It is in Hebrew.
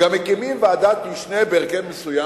גם מקימים ועדת משנה בהרכב מסוים,